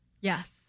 Yes